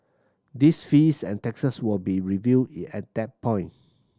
these fees and taxes will be reviewed at that point